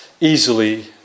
easily